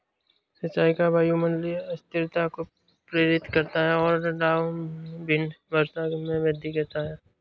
सिंचाई का वायुमंडलीय अस्थिरता को प्रेरित करता है और डाउनविंड वर्षा में वृद्धि करता है